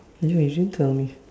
anyway you didn't tell me